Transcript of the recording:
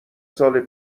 سال